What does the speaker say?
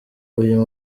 uyu